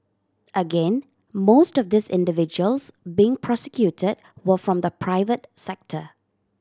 again most of these individuals being prosecuted were from the private sector